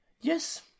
Yes